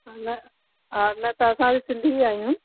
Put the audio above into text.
न हा न त असां बि सिंधी आहियूं